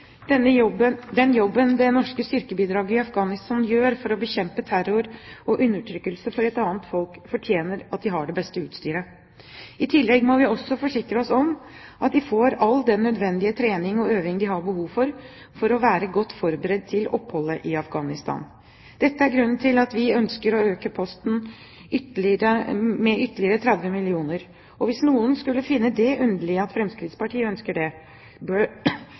å bekjempe terror og undertrykkelse for et annet folk, fortjener at de har det beste utstyret. I tillegg må vi også forsikre oss om at de får all den nødvendige trening og øving de har behov for, for å være godt forberedt til oppholdet i Afghanistan. Dette er grunnen til at vi ønsker å øke posten med ytterligere 30 mill. kr. Og hvis noen skulle finne det underlig at Fremskrittspartiet ønsker det, bør